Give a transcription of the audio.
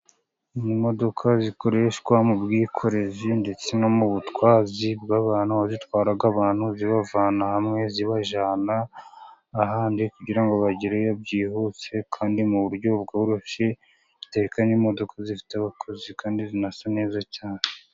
Imodoka zikoreshwa mu bwikorezi ndetse no mu butwazi bw'abantu, Aho zitwara abantu zibavana hamwe zibajyana ahandi, kugira ngo bagereyo byihuse kandi mu buryo bworoshye, butekanye, n'imodoka zifite abakozi kandi zinasa neza cyane.